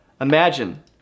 Imagine